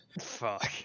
Fuck